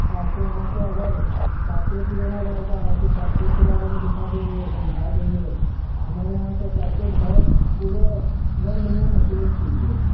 आपको यहाँ से अगर कारपेट लेना रहेगा आपको कारपेट के बारे में दिखा देंगे समझा देंगे हमारे यहाँ का कारपेट बहुत पूरे वर्ल्ड में मशहूर चीज़ है